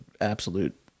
absolute